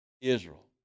Israel